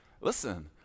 Listen